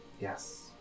Yes